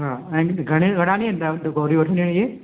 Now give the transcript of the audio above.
हा ऐं घणे घणा ॾींहं गोलियूं वठणियूं इहे